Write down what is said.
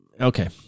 okay